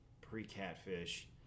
pre-catfish